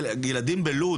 ילדים בלוד